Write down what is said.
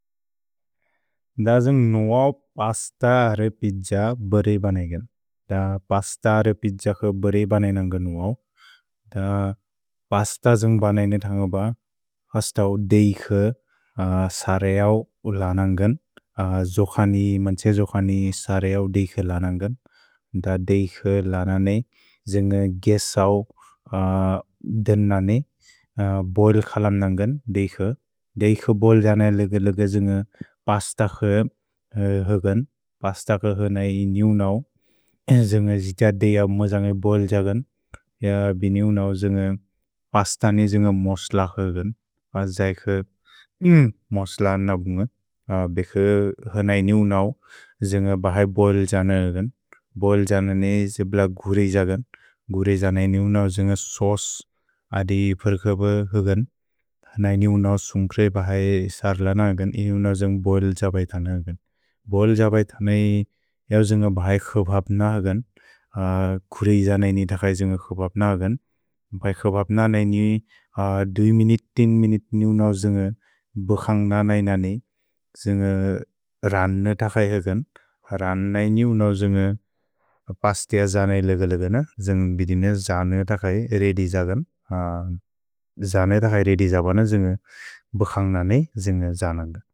द जुन्ग् नुअव् पस्त रेपिद्ज ब्रे बनेगेन्। द पस्त रेपिद्ज क् ब्रे बनेनन्ग् नुअव्। द पस्त जुन्ग् बनेने तन्ग्ब हस्तौ देइक् सरिअव् लनन्ग्न्, जुखनि, मन्छे जुखनि सरिअव् देइक् लनन्ग्न्। द देइक् लनन्ग्, जुन्ग् गेसौ देनन्, बोरिल् क्सलन्गन्ग्न् देइक्। द देइक् बोरिल् जनन्ग् लिक् लिक् जुन्ग् पस्त पस्तिअ जनै लेवेलि बेन। जुन्ग् बिदिने जनै तकै रेदि जदन् जनै तकै रेदि जबन। जुन्ग् बक्सन्ग् ननेइ जुन्ग् जनन्ग्।